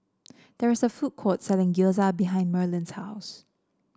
there is a food court selling Gyoza behind Merlin's house